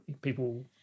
people